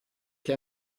che